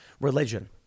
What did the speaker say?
religion